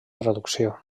traducció